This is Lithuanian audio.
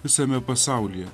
visame pasaulyje